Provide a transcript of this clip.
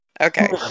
Okay